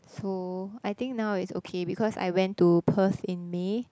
so I think now it's okay because I went to Perth in May